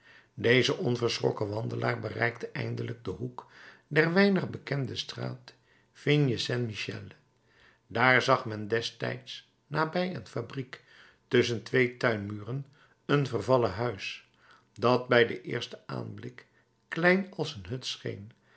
deze onverschrokken wandelaar bereikte eindelijk den hoek der weinig bekende straat vignes saint michel dààr zag men destijds nabij een fabriek tusschen twee tuinmuren een vervallen huis dat bij den eersten aanblik klein als een hut